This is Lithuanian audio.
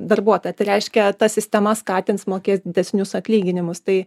darbuotoją reiškia ta sistema skatins mokės didesnius atlyginimus tai